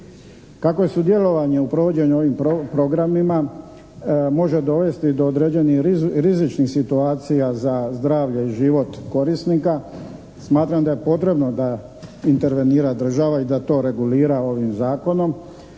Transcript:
Kakva su djelovanja u provođenju ovim programima može dovesti do određenih rizičnih situacija za zdravlje i život korisnika. Smatram da je potrebno da intervenira država i da to regulira ovim zakonom